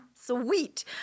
Sweet